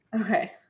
Okay